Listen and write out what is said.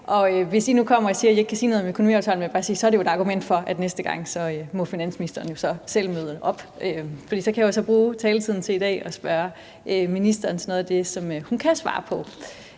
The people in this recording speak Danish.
Hvis I nu kommer og siger, at I ikke kan sige noget om økonomiaftalen, så vil jeg bare sige, at det jo så er et argument for, at næste gang må finansministeren selv møde op. Så kan jeg bruge taletiden i dag til at spørge ministeren om noget af det, som hun kan svare på.